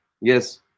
yes